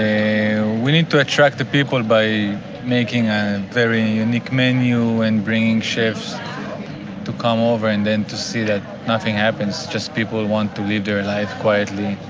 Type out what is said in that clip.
we need to attract the people by making a very unique menu. and bringing chefs to come over and then to see that nothing happens. just people want to live their life quietly.